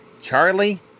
Charlie